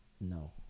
no